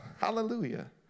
hallelujah